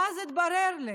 ואז התברר לי